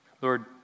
Lord